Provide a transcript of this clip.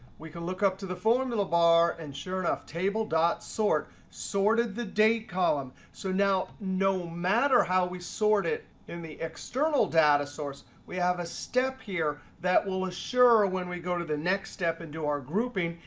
we can look up to the formula bar, and sure enough table dot sort sorted the date column. so now no matter how we sort it in the external data source, we have a step here that will assure ah when we go to the next step and do our grouping,